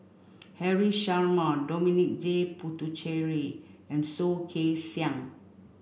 Haresh Sharma Dominic J Puthucheary and Soh Kay Siang